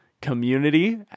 Community